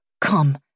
Come